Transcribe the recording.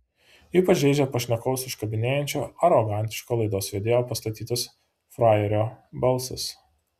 ypač žeidžia pašnekovus užkabinėjančio arogantiško laidos vedėjo pastatytas frajerio balsas